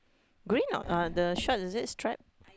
green or the stripe is it stripe